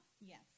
Yes